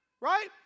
right